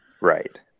Right